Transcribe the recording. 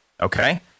Okay